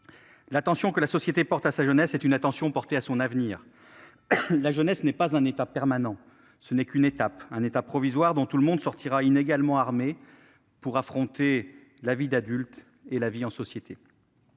L'attention qu'une société porte à sa jeunesse est une attention portée à son avenir. La jeunesse n'est pas un état permanent ; ce n'est qu'une étape, un état provisoire dont tous sortent inégalement armés pour affronter la vie d'adulte et la vie en société.